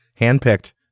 handpicked